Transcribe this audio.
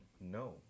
no